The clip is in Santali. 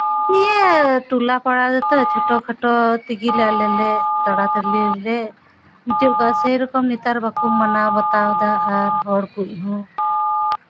ᱱᱤᱭᱟᱹ ᱴᱚᱞᱟ ᱯᱟᱲᱟ ᱨᱮᱛᱚ ᱪᱷᱳᱴᱳ ᱠᱷᱟᱴᱳ ᱛᱮᱜᱮᱞᱮ ᱟᱞᱮᱞᱮ ᱛᱟᱲᱟᱛᱟᱹᱲᱤ ᱞᱮ ᱢᱩᱪᱟᱹᱫ ᱠᱟᱜᱼᱟ ᱥᱮᱭᱨᱚᱠᱚᱢ ᱱᱮᱛᱟᱨ ᱵᱟᱠᱚ ᱢᱟᱱᱟᱣ ᱵᱟᱛᱟᱣ ᱫᱟ ᱟᱨ ᱦᱚᱲ ᱠᱚᱦᱚᱸ